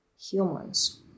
humans